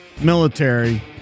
military